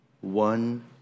one